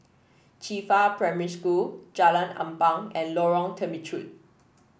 Qifa Primary School Jalan Ampang and Lorong Temechut